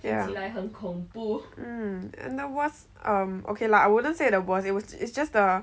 yeah um it was um okay lah I wouldn't say it was it's just the